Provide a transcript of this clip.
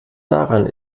daran